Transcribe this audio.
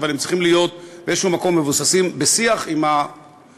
אבל הם צריכים להיות באיזה מקום מבוססים בשיח עם הסביבה,